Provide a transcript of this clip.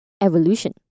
Evolution